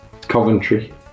Coventry